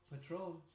Patrol